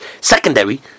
secondary